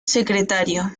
secretario